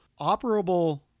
operable